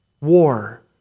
war